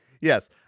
Yes